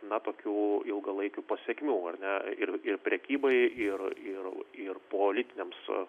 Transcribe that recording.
na tokių ilgalaikių pasekmių ar ne ir prekybai ir ir ir politinias